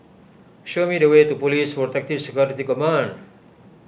show me the way to Police Protective Security Command